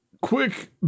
Quick